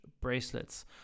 bracelets